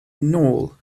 nôl